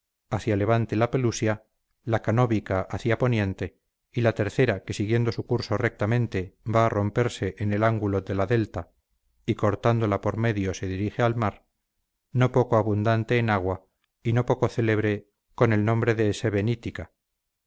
hacia levante la pelusia la canobica hacia poniente y la tercera que siguiendo su curso rectamente va a romperse en el ángulo de la delta y cortándola por medio se dirige al mar no poco abundante en agua y no poco célebre con el nombre de